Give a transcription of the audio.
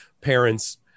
parent's